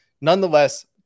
nonetheless